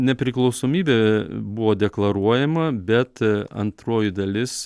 nepriklausomybė buvo deklaruojama bet antroji dalis